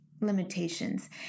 limitations